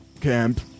camp